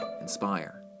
inspire